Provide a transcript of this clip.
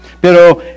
Pero